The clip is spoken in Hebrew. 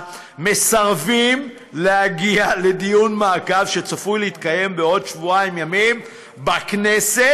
מסרבים להגיע לדיון מעקב שצפוי להתקיים בעוד שבועיים ימים בכנסת